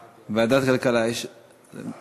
כלכלה, ועדת הכלכלה.